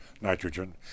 nitrogen